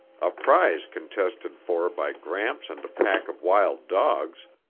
a prize contested for by gramps and a pack of wild dogs,